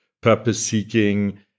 purpose-seeking